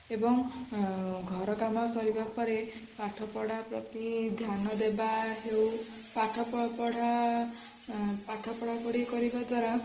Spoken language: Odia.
ଏବଂ ଘର କାମ ସରିବା ପରେ ପାଠପଢ଼ା ପ୍ରତି ଧ୍ୟାନ ଦେବା ହେଉ ପାଠ ପଢ଼ା ପାଠପଢ଼ାପଢ଼ି କରିବା ଦ୍ୱାରା